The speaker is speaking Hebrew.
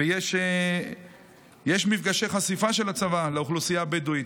ויש מפגשי חשיפה של הצבא לאוכלוסייה הבדואית.